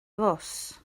fws